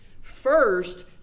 First